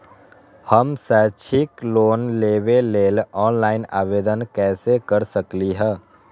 हम शैक्षिक लोन लेबे लेल ऑनलाइन आवेदन कैसे कर सकली ह?